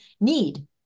need